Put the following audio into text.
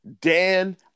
Dan